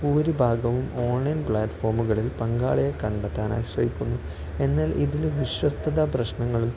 ഭൂരിഭാഗവും ഓൺലൈൻ പ്ലാറ്റ്ഫോമുകളിൽ പങ്കാളിയെ കണ്ടെത്താനാശ്രയിക്കുന്നു എന്നാൽ ഇതിൽ വിശ്വസ്തതാ പ്രശ്നങ്ങൾ